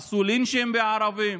עשו לינצ'ים בערבים.